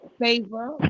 favor